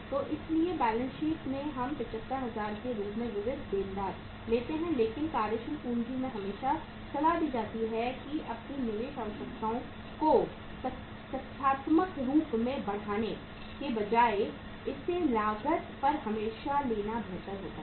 तो इसीलिए balance sheet में हम 75000 के रूप में विविध देनदार लेते हैं लेकिन कार्यशील पूंजी यह हमेशा सलाह दी जाती है कि अपनी निवेश आवश्यकताओं को तथ्यात्मक रूप से बढ़ाने के बजाय इसे लागत पर हमेशा लेना बेहतर होता है